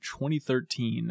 2013